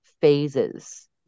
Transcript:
phases